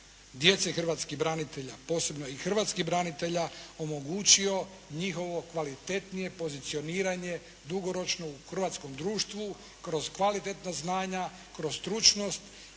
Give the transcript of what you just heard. djece hrvatskih branitelja, a posebno i hrvatskih branitelja omogućio njihovo kvalitetnije pozicioniranje dugoročno u hrvatskom društvu kroz kvalitetna znanja, kroz stručnost